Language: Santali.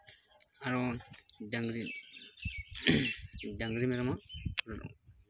ᱟᱨᱚ ᱰᱟᱝᱨᱤ ᱰᱟᱝᱨᱤ ᱢᱮᱨᱚᱢᱟᱜ